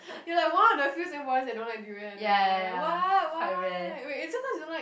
you're like one of the few Singaporeans that don't like durian and ah why why wait is it because you don't like